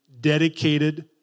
dedicated